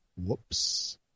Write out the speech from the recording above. Whoops